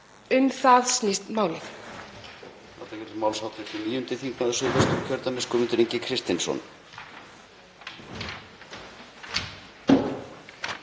Um það snýst málið.